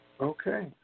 Okay